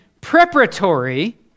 preparatory